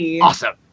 awesome